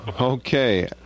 Okay